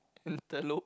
anterlop